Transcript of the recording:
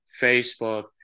Facebook